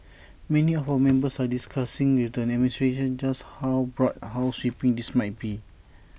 many of our members are discussing with the administration just how broad how sweeping this might be